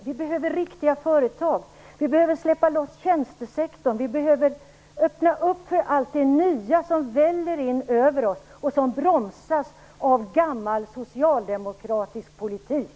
Vi behöver riktiga företag, vi behöver släppa loss tjänstesektorn och vi behöver öppna för allt det nya som väller in över oss och som bromsas av gammal socialdemokratisk politik.